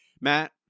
Matt